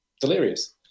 delirious